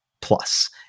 plus